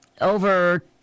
over